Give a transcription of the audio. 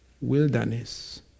wilderness